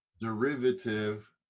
derivative